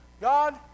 God